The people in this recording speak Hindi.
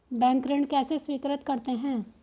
बैंक ऋण कैसे स्वीकृत करते हैं?